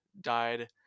died